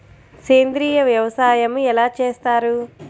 సేంద్రీయ వ్యవసాయం ఎలా చేస్తారు?